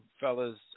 fellas